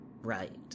Right